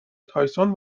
تایسون